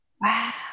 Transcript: Wow